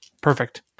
Perfect